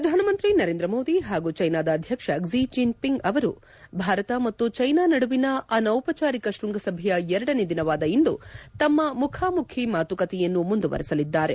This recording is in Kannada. ಹೆಡ್ ಪ್ರಧಾನಮಂತ್ರಿ ನರೇಂದ್ರ ಮೋದಿ ಹಾಗೂ ಚೈನಾದ ಅಧ್ಯಕ್ಷ ಕ್ಷಿ ಜಿನ್ಪಿಂಗ್ ಅವರು ಭಾರತ ಮತ್ತು ಚೈನಾ ನಡುವಿನ ಅನೌಪಚಾರಿಕ ಶೃಂಗಸಭೆಯ ಎರಡನೇ ದಿನವಾದ ಇಂದು ತಮ್ಮ ಮುಖಾಮುಖಿ ಮಾತುಕತೆಯನ್ನು ಮುಂದುವರಿಸಲಿದ್ದಾರೆ